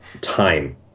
time